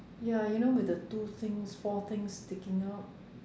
ya you know with the two things four things sticking out